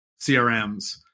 CRMs